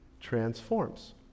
transforms